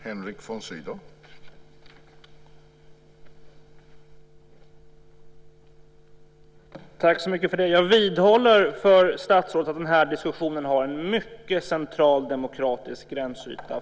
Herr talman! Jag vidhåller för statsrådet att den här diskussionen har en mycket central demokratisk gränsyta.